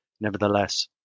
nevertheless